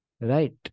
right